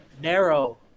narrow